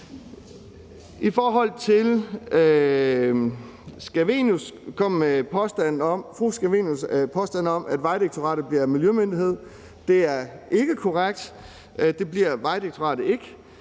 Fru Theresa Scavenius kom med en påstand om, at Vejdirektoratet bliver miljømyndighed. Det er ikke korrekt; det bliver Vejdirektoratet ikke.